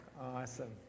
Awesome